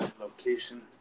location